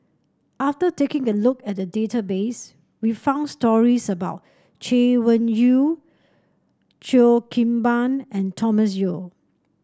after taking a look at the database we found stories about Chay Weng Yew Cheo Kim Ban and Thomas Yeo